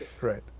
Right